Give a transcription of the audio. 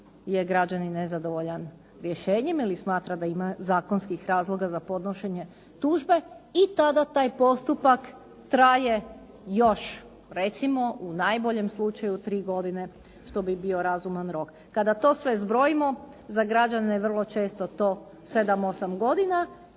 je građanin nezadovoljan rješenjem ili smatra da ima zakonskih razloga za podnošenje tužbe i tada taj postupak traje još recimo u najboljem slučaju tri godine što bi bio razuman rok. Kada to sve zbrojimo za građane je vrlo često to sedam, osam godina